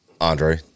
Andre